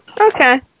Okay